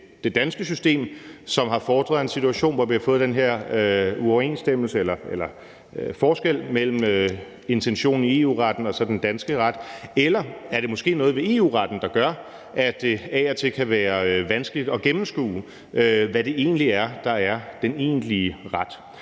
det danske system, som har fordret en situation, hvor vi har fået den her uoverensstemmelse eller forskel mellem intentionen i EU-retten og så den danske ret, eller er det måske noget ved EU-retten, der gør, at det af og til kan være vanskeligt at gennemskue, hvad det egentlig er, der er den egentlige ret?